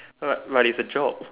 but but it's a job